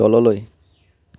তললৈ